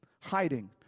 hiding